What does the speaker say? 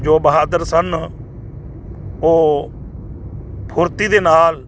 ਜੋ ਬਹਾਦਰ ਸਨ ਉਹ ਫੁਰਤੀ ਦੇ ਨਾਲ